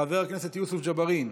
חבר הכנסת יוסף ג'בארין,